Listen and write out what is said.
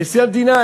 נשיא המדינה,